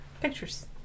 pictures